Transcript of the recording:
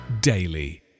daily